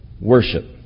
worship